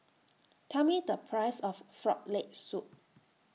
Tell Me The Price of Frog Leg Soup